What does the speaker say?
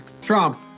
Trump